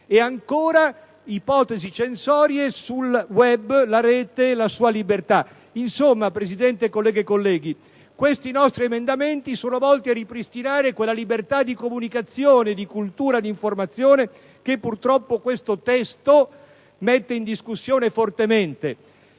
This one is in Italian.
dall'altra, ipotesi censorie sul *web*, la rete e la sua libertà. Insomma, signor Presidente, colleghe e colleghi, questi nostri emendamenti sono volti a ripristinare quella libertà di comunicazione, di cultura e d'informazione che purtroppo questo testo mette in discussione fortemente.